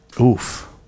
Oof